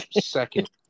second